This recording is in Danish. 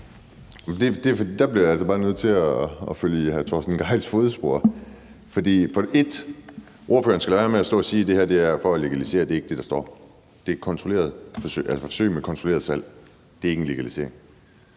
Der bliver jeg altså bare nødt til at følge i hr. Torsten Gejls fodspor. Ordføreren skal lade være med at stå og sige, at det her er for at legalisere. Det er ikke det, der står. Det er et forsøg med kontrolleret salg. Det er ikke en legalisering.